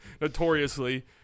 notoriously